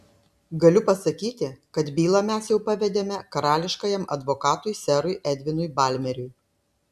galiu pasakyti kad bylą mes jau pavedėme karališkajam advokatui serui edvinui balmeriui